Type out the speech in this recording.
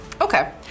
okay